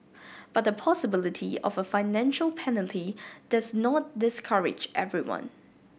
but the possibility of a financial penalty does not discourage everyone